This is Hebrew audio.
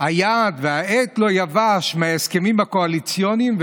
הדיו על ההסכמים הקואליציוניים,